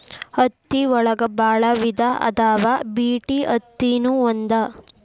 ಹತ್ತಿ ಒಳಗ ಬಾಳ ವಿಧಾ ಅದಾವ ಬಿಟಿ ಅತ್ತಿ ನು ಒಂದ